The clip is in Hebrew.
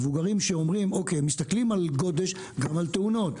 מבוגרים שמסתכלים על גודש ועל תאונות,